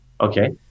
Okay